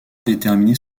déterminer